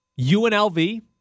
UNLV